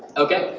okay,